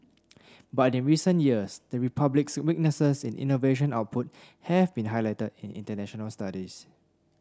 but in recent years the Republic's weaknesses in innovation output have been highlighted in international studies